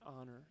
honor